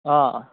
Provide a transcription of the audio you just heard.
ꯑꯥ ꯑ